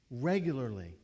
Regularly